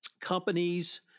companies